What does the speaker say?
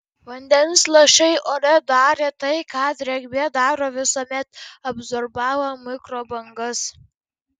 vandens lašai ore darė tai ką drėgmė daro visuomet absorbavo mikrobangas